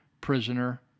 prisoner